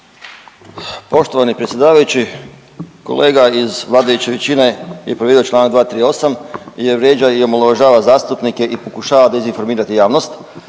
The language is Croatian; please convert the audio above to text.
Poštovani predsjedavajući, kolega iz vladajuće većine je povrijedio čl. 238. jer vrijeđa i omalovažava zastupnike i pokušava dezinformirati javnost,